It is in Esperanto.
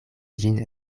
ĝin